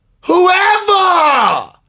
whoever